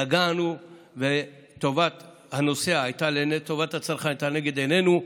נגענו וטובת הצרכן הייתה לנגד עינינו.